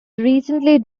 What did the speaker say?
recently